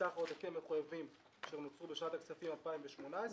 מסך העודפים המחויבים שנוצרו בשנת הכספים 2018,